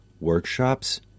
workshops